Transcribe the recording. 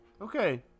okay